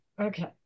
Okay